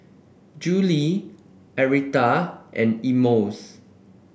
Judyth Aretha and Emmons